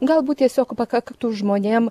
galbūt tiesiog pakaktų žmonėm